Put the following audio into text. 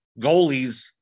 goalies